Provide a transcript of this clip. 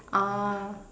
uh